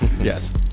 yes